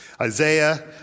Isaiah